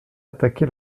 attaqué